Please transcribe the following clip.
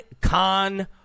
Khan